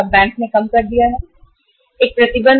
bank की तरफ से 2000 रु का एक प्रतिबंध है